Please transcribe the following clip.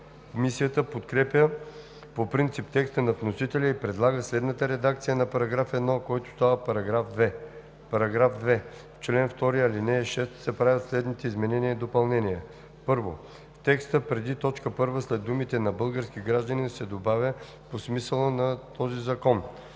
Комисията подкрепя по принцип текста на вносителя и предлага следната редакция на § 1, който става § 2: „§ 2. В чл. 2, ал. 6 се правят следните изменения и допълнения: 1. В текста преди т. 1 след думите „на български гражданин“ се добавя „по смисъла на този закон“.